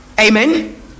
amen